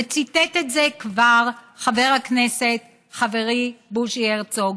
וציטט את זה כבר חבר הכנסת חברי בוז'י הרצוג,